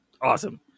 Awesome